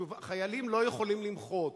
"חיילים לא יכולים למחות.